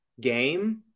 game